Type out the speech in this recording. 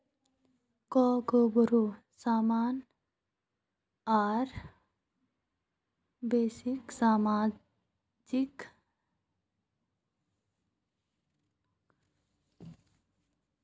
cargo बोरो सामान और बेसी सामानक एक संग ले जव्वा सक छ